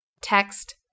text